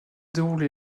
déroulé